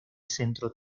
centro